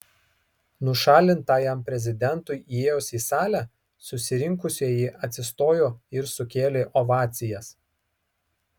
nušalintajam prezidentui įėjus į salę susirinkusieji atsistojo ir sukėlė ovacijas